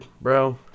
bro